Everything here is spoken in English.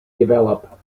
develop